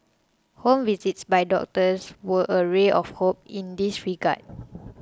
home visits by doctors were a ray of hope in this regard